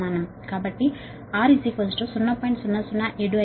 కాబట్టి r 0